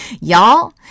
y'all